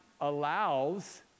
allows